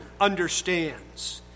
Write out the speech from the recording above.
understands